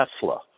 Tesla